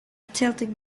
tilting